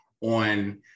on